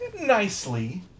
nicely